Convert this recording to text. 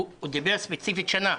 הוא דיבר ספציפית שנה.